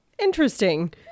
interesting